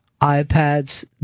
iPads